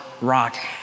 rock